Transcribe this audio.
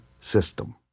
System